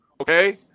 okay